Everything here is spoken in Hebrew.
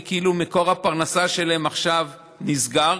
כי כאילו מקור הפרנסה שלהן עכשיו נסגר,